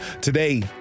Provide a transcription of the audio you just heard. Today